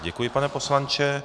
Děkuji, pane poslanče.